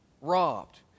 robbed